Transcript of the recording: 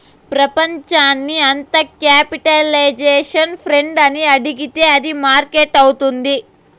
ప్రపంచాన్ని అంత capitalization friend అని అడిగితే అది మార్కెట్ అవుతుంది